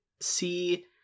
see